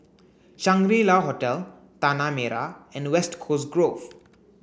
Shangri La Hotel Tanah Merah and West Coast Grove